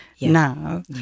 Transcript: now